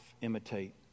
imitate